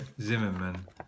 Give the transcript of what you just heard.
Zimmerman